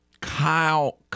Kyle